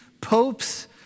popes